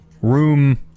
room